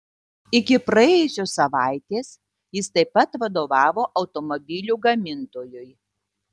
iki praėjusios savaitės jis taip pat vadovavo automobilių gamintojui